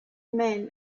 men